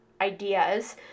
ideas